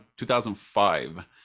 2005